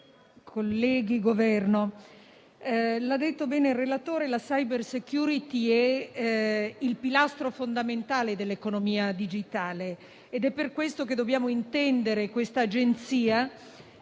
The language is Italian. del Governo, come ha detto bene il relatore, la *cybersecurity* è il pilastro fondamentale dell'economia digitale ed è per questo che dobbiamo intendere l'Agenzia